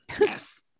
Yes